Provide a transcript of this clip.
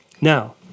now